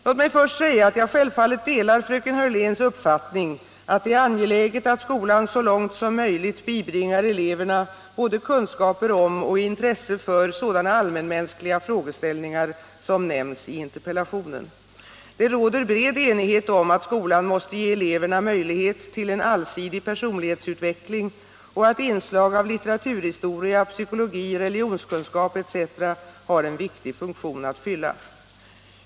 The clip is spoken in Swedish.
Låt mig först säga, att jag självfallet delar fröken Hörléns uppfattning att det är angeläget att skolan så långt som möjligt bibringar eleverna både kunskaper om och intresse för sådana allmänmänskliga frågeställningar som nämns i interpellationen. Det råder bred enighet om att skolan måste ge eleverna möjlighet till en allsidig personlighetsutveckling och att inslag av litteraturhistoria, psykologi, religionskunskap etc. har en viktig funktion att fylla.